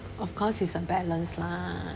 of course it's a balance lah